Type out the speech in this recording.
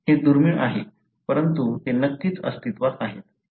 हे दुर्मिळ आहेत परंतु ते नक्कीच अस्तित्वात आहेत